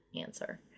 answer